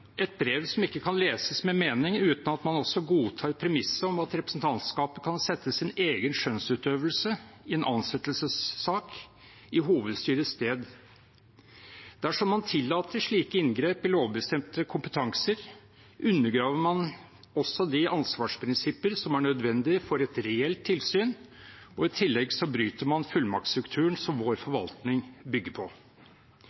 et brev som ikke kan leses med mening uten at man også godtar premisset om at representantskapet kan sette sin egen skjønnsutøvelse i en ansettelsessak i hovedstyrets sted. Dersom man tillater slike inngrep i lovbestemte kompetanser, undergraver man også de ansvarsprinsipper som er nødvendig for et reelt tilsyn, og i tillegg bryter man ned fullmaktstrukturen som vår